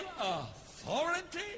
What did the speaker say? authority